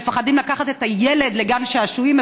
מפחדים לקחת את הילד לגן שעשועים,